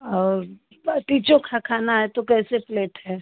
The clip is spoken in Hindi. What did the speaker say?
और बाटी चोखा खाना है तो कैसे प्लेट है